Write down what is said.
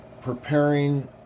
preparing